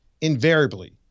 invariably